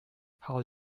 how